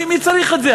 מי צריך את זה?